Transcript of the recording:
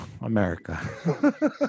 America